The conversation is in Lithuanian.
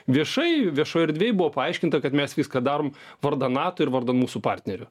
viešai viešoj erdvėj buvo paaiškinta kad mes viską darom vardan nato ir vardan mūsų partnerių